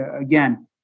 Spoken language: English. again